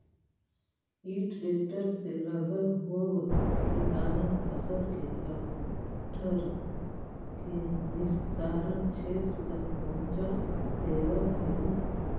इ ट्रेक्टर से लगल होव के कारण फसल के घट्ठर के निस्तारण क्षेत्र तक पहुँचा देवऽ हई